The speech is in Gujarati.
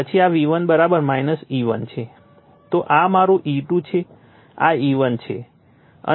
તો આ મારું E2 છે આ E1 છે અને આ V1 E1 છે